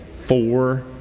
four